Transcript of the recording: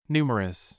Numerous